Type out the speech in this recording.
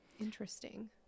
Interesting